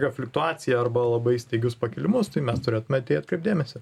refliuktuaciją arba labai staigius pakilimus tai mes turėtume į tai atkreipt dėmesį